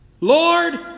Lord